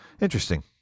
Interesting